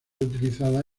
utilizada